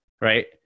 right